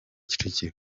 kicukiro